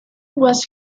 was